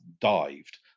dived